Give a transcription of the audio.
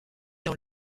dans